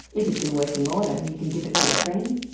if it's in working order you can give it to a friend,